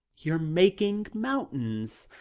you're making mountains.